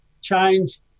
change